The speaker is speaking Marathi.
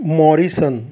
मॉरीसन